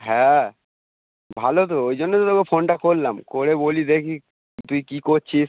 হ্যাঁ ভালো তো ওই জন্য তো তোকে ফোনটা করলাম করে বলি দেখি তুই কী করছিস